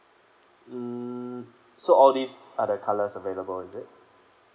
mm so all these are the colours available is it